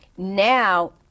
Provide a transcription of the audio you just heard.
Now